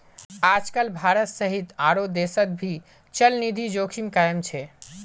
आजकल भारत सहित आरो देशोंत भी चलनिधि जोखिम कायम छे